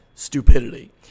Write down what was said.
stupidity